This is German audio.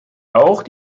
auch